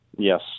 Yes